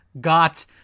got